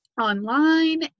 online